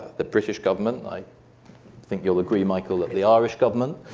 the british government, and i think you'll agree, michael, at the irish government,